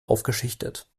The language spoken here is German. aufgeschichtet